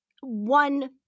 one